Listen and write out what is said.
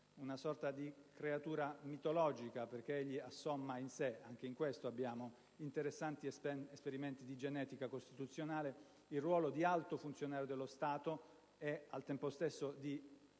una sorta di creatura mitologica, perché egli assomma in sé - anche in questo abbiamo interessanti esperimenti di genetica costituzionale - il ruolo di alto funzionario dello Stato e, al tempo stesso, di